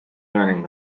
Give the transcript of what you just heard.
learning